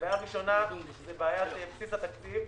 הבעיה הראשונה היא בעיית בסיס התקציב,